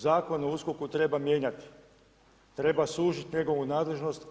Zakon o USKOK-u treba mijenjati, treba suziti njegovu nadležnost.